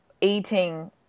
eating